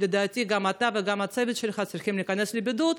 גם אתה וגם הצוות שלך צריכים להיכנס לבידוד,